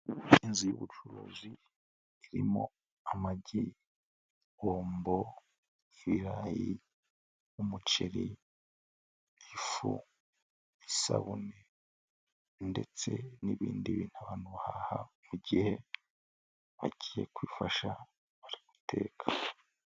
Inzu y'ubucuruzi irimo amagi, bombo, ibirayi, umuceri, ifu, isabune ndetse n'ibindi bintu abantu haha mu gihe bagiye kwifasha bari guteka.